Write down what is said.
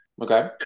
Okay